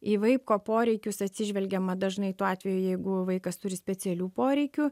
į vaiko poreikius atsižvelgiama dažnai tuo atveju jeigu vaikas turi specialių poreikių